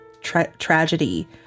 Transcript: tragedy